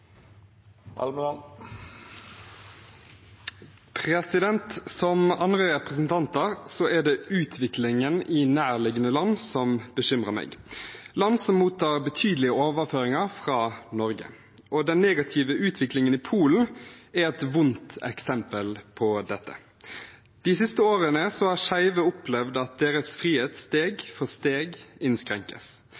energipolitikken. Som andre representanter har gitt uttrykk for, er det utviklingen i nærliggende land som bekymrer også meg – land som mottar betydelige overføringer fra Norge. Den negative utviklingen i Polen er et vondt eksempel på dette. De siste årene har skeive opplevd at deres frihet steg